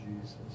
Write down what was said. Jesus